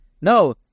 no